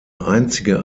einzige